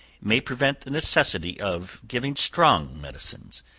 may prevent the necessity of giving strong medicines,